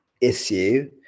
issue